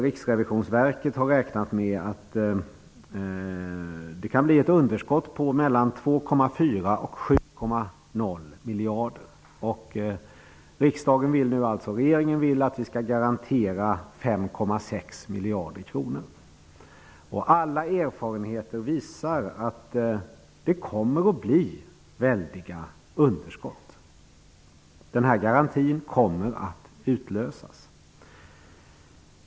Riksrevisionsverket har räknat med att det kan bli ett underskott på mellan 2,4 och 7,0 miljarder. Regeringen vill nu alltså att vi skall garantera 5,6 miljarder kronor. Alla erfarenheter visar att det kommer att bli väldiga underskott. Garantin kommer att utlösas.